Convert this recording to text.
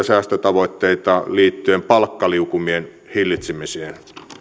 säästötavoitteita liittyen palkkaliukumien hillitsemiseen